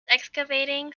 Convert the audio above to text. excavating